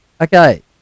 Okay